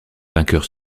vainqueurs